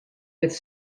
with